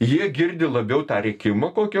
jie girdi labiau tą rėkimą kokį